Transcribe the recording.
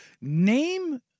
Name